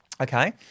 Okay